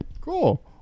Cool